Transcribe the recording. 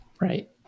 Right